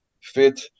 fit